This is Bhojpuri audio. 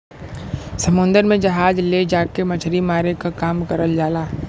समुन्दर में जहाज ले जाके मछरी मारे क काम करल जाला